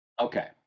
Okay